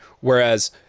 whereas